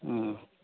आं